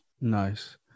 Nice